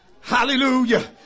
Hallelujah